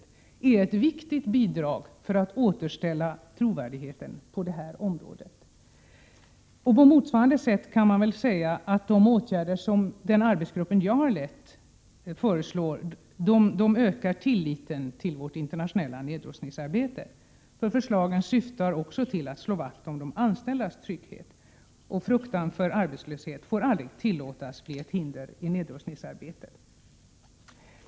Det är ett viktigt bidrag till att återställa trovärdigheten på detta område. På motsvarande sätt kan man säga att de åtgärder som den arbetsgrupp jag har lett föreslår ökar tilliten till vårt internationella nedrustningsarbete. Förslagen syftar också till att slå vakt om de anställdas trygghet. Fruktan för arbetslöshet får aldrig tillåtas bli ett hinder i nedrustningsarbetet.